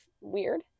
weird